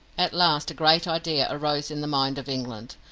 at last a great idea arose in the mind of england.